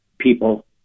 people